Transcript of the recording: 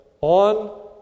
on